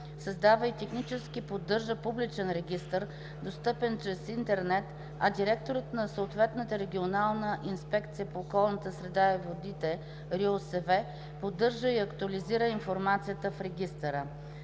създава и технически поддържа публичен регистър, достъпен чрез интернет, а директорът на съответната регионална инспекция по околната среда и водите (РИОСВ) поддържа и актуализира информацията в регистъра.